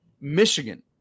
Michigan